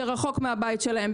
שרחוק מהבית שלהם,